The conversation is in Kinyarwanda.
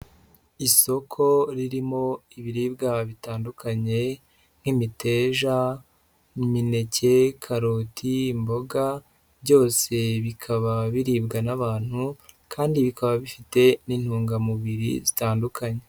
Isoko ririmo ibiribwa bitandukanye, nk'imiteja, imineke, karoti, imboga, byose bikaba biribwa n'abantu, kandi bikaba bifite n'intungamubiri zitandukanye.